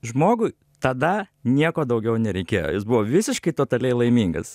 žmogui tada nieko daugiau nereikėjo jis buvo visiškai totaliai laimingas